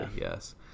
yes